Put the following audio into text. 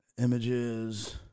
Images